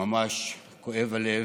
ממש כואב הלב.